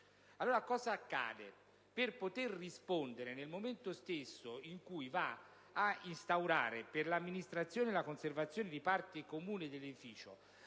evidente. Ebbene, per poter rispondere, nel momento stesso in cui va a instaurare, per l'amministrazione e la conservazione di parti comuni dell'edificio,